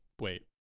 Wait